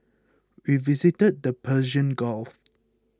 we visited the Persian Gulf